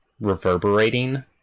reverberating